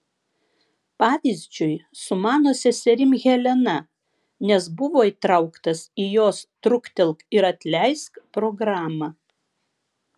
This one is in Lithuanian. pavyzdžiui su mano seserim helena nes buvo įtrauktas į jos truktelk ir atleisk programą